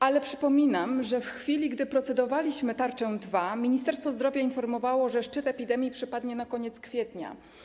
Ale przypominam, że w chwili gdy procedowaliśmy tarczę 2, Ministerstwo Zdrowia informowało, że szczyt epidemii przypadnie na koniec kwietnia.